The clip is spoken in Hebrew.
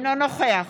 אינו נוכח